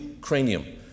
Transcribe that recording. cranium